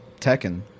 tekken